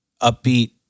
upbeat